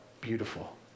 beautiful